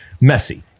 messy